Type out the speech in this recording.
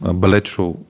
bilateral